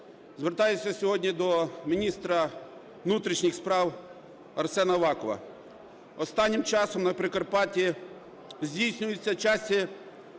Звертаюся сьогодні до міністра внутрішніх справ Арсена Авакова. Останнім часом на Прикарпатті здійснюються часті